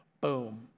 boom